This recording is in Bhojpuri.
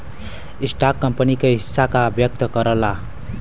स्टॉक कंपनी क हिस्सा का व्यक्त करला